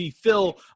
Phil